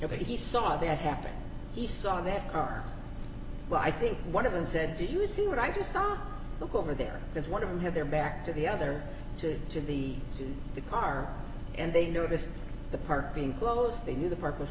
that he saw that happen he saw that car but i think one of them said did you see what i just saw look over there is one of them had their back to the other two to be in the car and they noticed the park being close they knew the park was